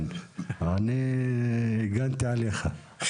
דעתו --- אני הגנתי עליך.